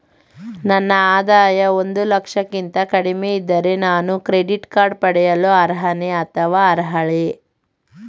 ನನ್ನ ಆದಾಯ ಒಂದು ಲಕ್ಷಕ್ಕಿಂತ ಕಡಿಮೆ ಇದ್ದರೆ ನಾನು ಕ್ರೆಡಿಟ್ ಕಾರ್ಡ್ ಪಡೆಯಲು ಅರ್ಹನೇ ಅಥವಾ ಅರ್ಹಳೆ?